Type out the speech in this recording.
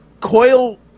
Coil